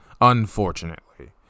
unfortunately